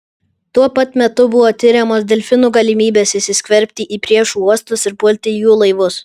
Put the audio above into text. tuo pat metu buvo tiriamos delfinų galimybės įsiskverbti į priešų uostus ir pulti jų laivus